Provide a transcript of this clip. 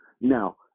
Now